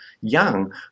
young